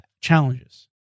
challenges